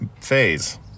phase